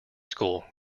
school